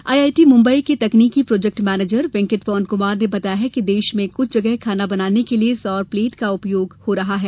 IIT Mumbai के तकनीकी project manager Venkat Pawan Kumar ने बताया कि देश में कुछ जगह खाना बनाने के लिये सौर प्लेट का उपयोग होता रहा है